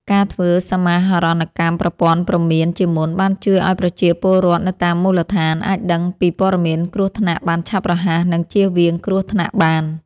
ការធ្វើសមាហរណកម្មប្រព័ន្ធព្រមានជាមុនបានជួយឱ្យប្រជាពលរដ្ឋនៅតាមមូលដ្ឋាន អាចដឹងពីព័ត៌មានគ្រោះថ្នាក់បានឆាប់រហ័ស និងជៀសវាងគ្រោះថ្នាក់បាន។